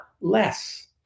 less